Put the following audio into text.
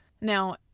Now